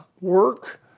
work